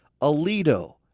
Alito